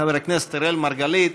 חבר הכנסת אראל מרגלית